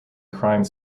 crime